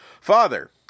Father